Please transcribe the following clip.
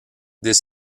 this